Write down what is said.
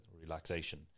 relaxation